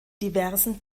diversen